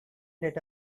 let